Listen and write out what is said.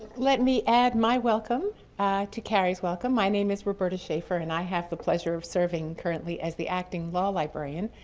let me add my welcome to carrie's welcome. my name is roberta shaffer, and i have the pleasure of serving currently as the acting law librarian.